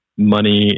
money